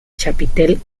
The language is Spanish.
chapitel